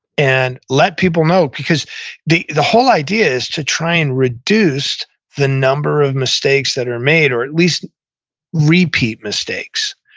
and let people know, because the the whole idea is to try and reduce the number of mistakes that are made, or at least repeat mistakes.